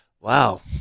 wow